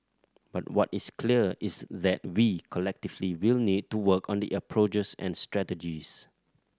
but what is clear is that we collectively will need to work on the approaches and strategies